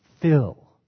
fill